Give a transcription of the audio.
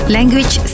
Language